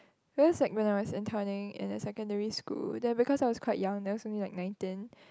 because like when I was interning at a secondary school then because I was quite young I was only like nineteen